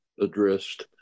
addressed